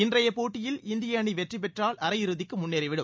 இன்றைய போட்டியில் இந்திய அணி வெற்றி பெற்றால் அரையிறுதிக்கு முன்னேறிவிடும்